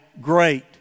great